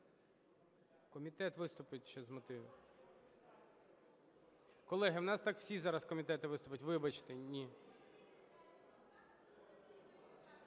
Комітет виступить ще з мотивів. Колеги, у нас так всі зараз комітети виступлять. Вибачте, ні.